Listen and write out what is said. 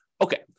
Okay